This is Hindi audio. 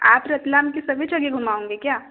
आप रतलाम के सभी जगहें घूमाओंगे क्या